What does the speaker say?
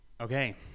Okay